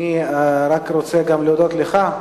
אני רק רוצה להודות גם לך,